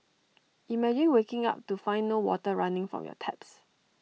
imagine waking up to find no water running from your taps